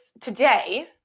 today